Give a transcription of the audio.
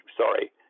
Sorry